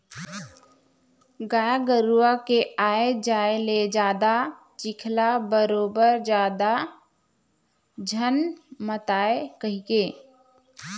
गाय गरूवा के आए जाए ले जादा चिखला बरोबर जादा झन मातय कहिके